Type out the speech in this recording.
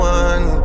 one